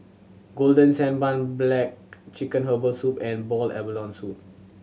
Golden Sand Bun black chicken herbal soup and boiled abalone soup